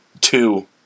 two